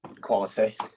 Quality